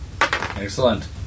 Excellent